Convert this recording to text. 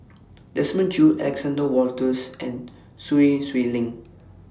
Desmond Choo Alexander Wolters and Sun Xueling